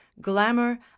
Glamour